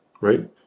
Right